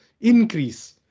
increase